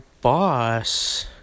boss